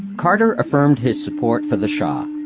carter affirmed his support for the shah